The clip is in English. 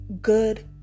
good